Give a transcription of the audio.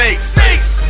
snakes